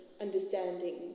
understanding